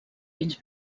vins